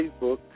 Facebook